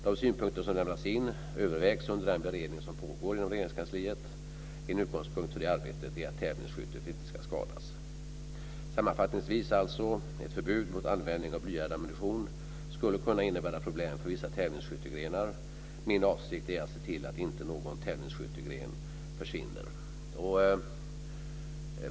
De synpunkter som lämnats övervägs under den beredning som pågår inom Regeringskansliet. En utgångspunkt för det arbetet är att tävlingsskyttet inte ska skadas. Sammanfattningsvis kan jag säga att jag uppmärksammat att ett förbud mot användning av blyad ammunition skulle kunna innebära problem för vissa tävlingsskyttegrenar och att min avsikt är att se till att inte någon tävlingsskyttegren försvinner.